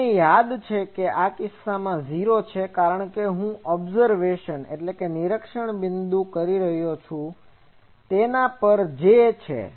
તમને યાદ છે કે આ કિસ્સામાં 0 છે કારણ કે આ હું ઓબ્સર્વેસન Observationનિરીક્ષણ બિંદુ પર કરી રહ્યો છું તેના પર J છે